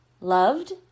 loved